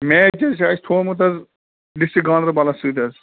match حظ چھِ اَسہِ تھوٚومُت حظ ڈِسٹرک گانٛدَربَلَس سۭتۍ حظ